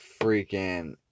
freaking